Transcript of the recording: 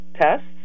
tests